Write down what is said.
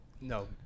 No